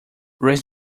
raise